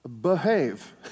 behave